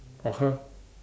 or her